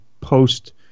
post